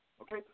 Okay